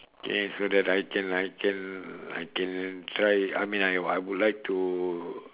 okay so that I can I can I can try I mean I I would like to